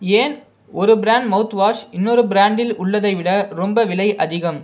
ஏன் ஒரு brand mouthwash இன்னொரு பிராண்டில் உள்ளதை விட ரொம்ப விலை அதிகம்